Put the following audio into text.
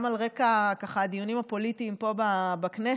גם על רקע הדיונים הפוליטיים פה בכנסת,